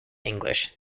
english